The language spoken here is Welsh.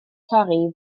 torri